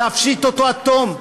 להפשיט אותו עד תום.